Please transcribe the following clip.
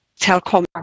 telecom